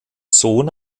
sohn